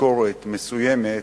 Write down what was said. ביקורת מסוימת